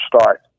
start